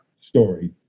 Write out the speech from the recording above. story